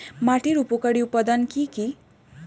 মাটির উপকারী উপাদান কি কি?